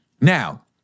now-